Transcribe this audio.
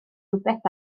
rywbeth